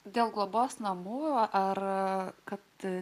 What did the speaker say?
dėl globos namų ar kad